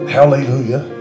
Hallelujah